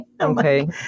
okay